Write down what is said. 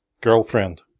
girlfriend